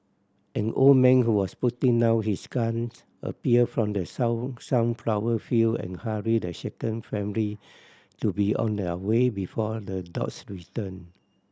an old man who was putting down his guns appeared from the sun sunflower field and hurried the shaken family to be on their way before the dogs return